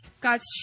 God's